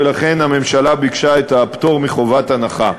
ולכן הממשלה ביקשה את הפטור מחובת הנחה.